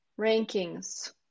Rankings